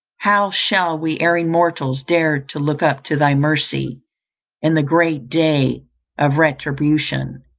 how shall we erring mortals dare to look up to thy mercy in the great day of retribution,